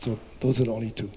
so those are the only two